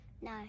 No